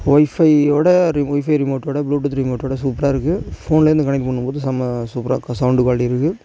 ஒய்ஃபையோட ரி ஒய்ஃபை ரிமோட்டோட ப்ளூடூத் ரிமோட்டோட சூப்பரா இருக்குது ஃபோன்லேருந்து கனெக்ட் பண்ணும்போது செம்ம சூப்பராக சவுண்டு குவாலிட்டி இருக்குது